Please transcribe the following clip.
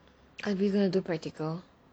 are we going to do practical